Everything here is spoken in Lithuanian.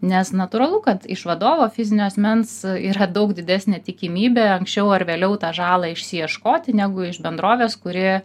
nes natūralu kad iš vadovo fizinio asmens yra daug didesnė tikimybė anksčiau ar vėliau tą žalą išsiieškoti negu iš bendrovės kuri